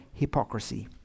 Hypocrisy